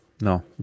No